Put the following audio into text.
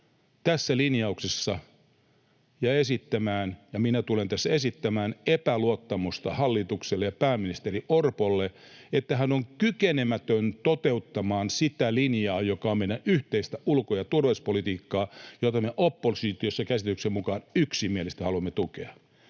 tässä linjauksessa ja esittämään — minä tulen tässä esittämään — epäluottamusta pääministeri Orpolle ja hallitukselle, joka on kykenemätön toteuttamaan sitä linjaa, joka on meidän yhteistä ulko- ja turvallisuuspolitiikkaa, jota me oppositiossa käsitykseni mukaan yksimielisesti haluamme tukea.